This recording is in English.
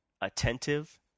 attentive